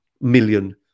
million